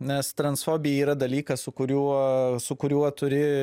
nes transfobija yra dalykas su kuriuo su kuriuo turi